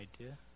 idea